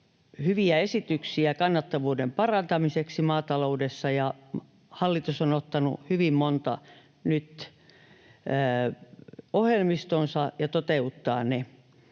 hyviä esityksiä kannattavuuden parantamiseksi maataloudessa, ja hallitus on ottanut hyvin monta nyt ohjelmistoonsa ja toteuttaa ne.